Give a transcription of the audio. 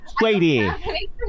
lady